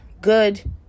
good